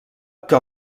que